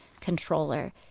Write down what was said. controller